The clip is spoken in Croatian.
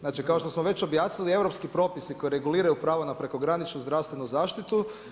Znači kao što smo već objasnili europski propisi koji reguliraju pravo na prekograničnu zdravstvenu zaštitu.